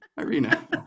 Irina